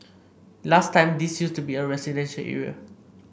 last time this used to be a residential area